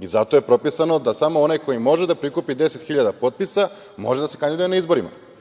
i zato je propisano da samo onaj koji može da prikupi deset hiljada potpisa može da se kandiduje na izborima. Mi